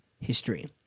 history